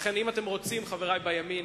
לכן, אם אתם רוצים, חברי בימין,